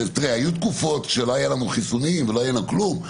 היו תקופות שלא היו לנו חיסונים ולא היה לנו כלום,